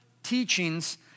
teachings